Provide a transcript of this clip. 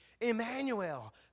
Emmanuel